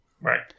Right